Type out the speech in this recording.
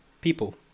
people